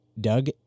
Doug